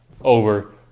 over